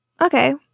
Okay